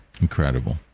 Incredible